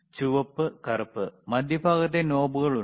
ചുവപ്പ് കറുപ്പ് മധ്യഭാഗത്തെ നോബുകൾ ഉണ്ട്